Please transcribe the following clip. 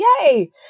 Yay